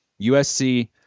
USC